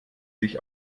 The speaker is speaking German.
sich